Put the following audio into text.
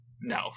No